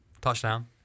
touchdown